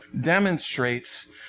demonstrates